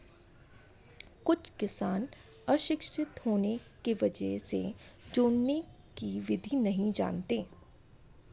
कुछ किसान अशिक्षित होने की वजह से जोड़ने की विधि नहीं जानते हैं